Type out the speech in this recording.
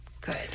Good